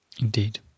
Indeed